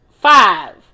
five